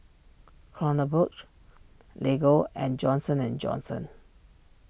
Kronenbourg Lego and Johnson and Johnson